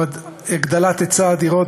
הגדלת היצע הדירות,